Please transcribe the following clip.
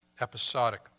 episodic